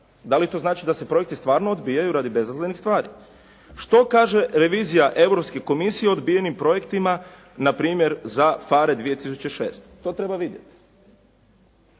Da li to znači da se projekti stvarno odbijaju radi bezazlenih stvari? Što kaže revizija Europske komisije o odbijenim projektima na primjer za PHARE 2006? To treba vidjeti.